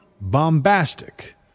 bombastic